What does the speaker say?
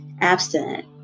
abstinent